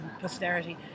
posterity